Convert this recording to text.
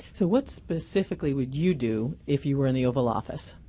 so what specifically would you do if you were in the oval office?